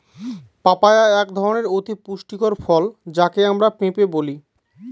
papaya একধরনের অতি পুষ্টিকর ফল যাকে আমরা পেঁপে বলি